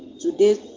Today